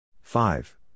five